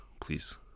please